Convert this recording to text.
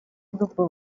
grupo